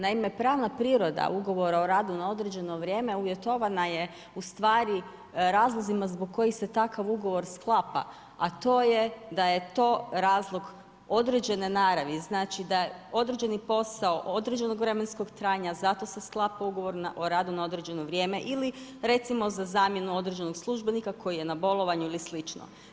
Naime, pravna priroda ugovora o radu na određeno vrijeme uvjetovana je razlozima zbog kojih se takav ugovor sklapa, a to je da je to razlog određene naravi, znači da je određeni posao određenog vremenskog trajanja zato se sklapa ugovor o radu na određeno ili recimo za zamjenu određenog službenika koji je na bolovanju ili slično.